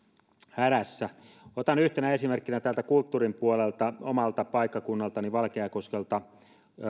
hädässä otan yhtenä esimerkkinä kulttuurin puolelta omalta paikkakunnaltani valkeakoskelta